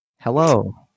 Hello